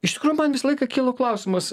iš tikrųjų man visą laiką kyla klausimas